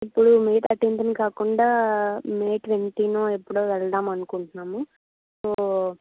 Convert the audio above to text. ఇప్పుడు మే తర్టీన్త్న కాకుండా మే ట్వంటీనో ఎప్పుడో వెళ్దాం అనుకుంటున్నాము సో